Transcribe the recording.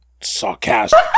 sarcastic